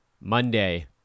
Monday